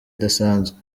idasanzwe